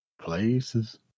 places